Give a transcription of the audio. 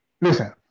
listen